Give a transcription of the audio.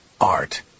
art